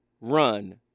run